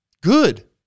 good